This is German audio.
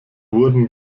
wurden